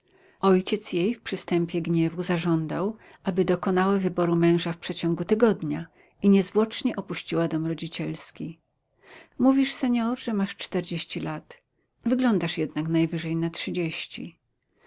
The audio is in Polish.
ojciec jej w przystępie gniewu zażądał aby dokonała wyboru męża w przeciągu tygodnia i niezwłocznie opuściła dom rodzicielski mówisz senor że masz czterdzieści lat wyglądasz jednak najwyżej na trzydzieści